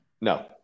no